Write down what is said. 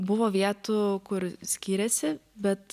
buvo vietų kur skyrėsi bet